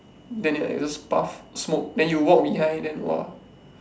then they like those puff smoke then you walk behind then !wah!